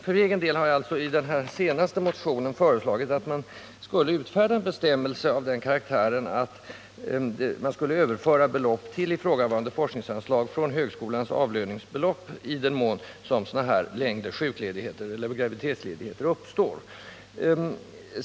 För egen del har jag alltså i den senaste motionen föreslagit att man skulle utfärda en bestämmelse av den karaktären att ett belopp skulle överföras till ifrågavarande forskningsanslag från högskolans avlöningsbelopp i den mån sådana här längre sjukledigheter eller graviditetsledigheter förekommer.